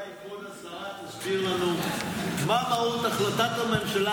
אולי כבוד השרה תסביר לנו מה מהות החלטת הממשלה